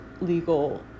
legal